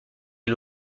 est